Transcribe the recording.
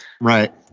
Right